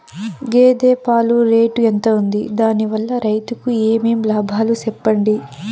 గేదె పాలు రేటు ఎంత వుంది? దాని వల్ల రైతుకు ఏమేం లాభాలు సెప్పండి?